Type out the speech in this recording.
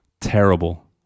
Terrible